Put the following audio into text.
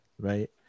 Right